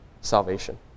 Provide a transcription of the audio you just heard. salvation